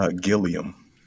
Gilliam